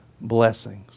blessings